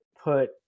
put